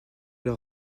leur